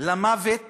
למוות